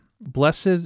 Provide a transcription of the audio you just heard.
Blessed